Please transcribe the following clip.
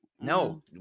no